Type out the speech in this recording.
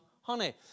honey